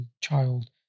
child